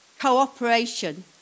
Cooperation